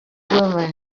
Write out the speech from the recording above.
woman